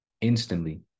instantly